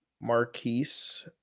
Marquise